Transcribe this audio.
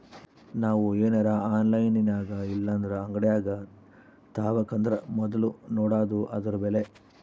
ನಾವು ಏನರ ಆನ್ಲೈನಿನಾಗಇಲ್ಲಂದ್ರ ಅಂಗಡ್ಯಾಗ ತಾಬಕಂದರ ಮೊದ್ಲು ನೋಡಾದು ಅದುರ ಬೆಲೆ